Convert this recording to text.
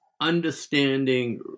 understanding